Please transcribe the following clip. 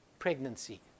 Pregnancy